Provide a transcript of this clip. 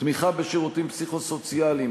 תמיכה בשירותים פסיכו-סוציאליים,